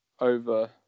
over